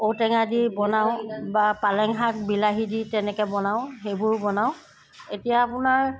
ঔটেঙা দি বনাওঁ বা পালেং শাক বিলাহী দি তেনেকৈ বনাওঁ সেইবোৰ বনাওঁ এতিয়া আপোনাৰ